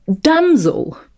damsel